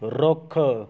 ਰੁੱਖ